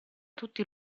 tutti